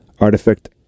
Artifact